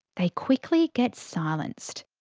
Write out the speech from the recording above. they quickly get silenced.